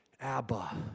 Abba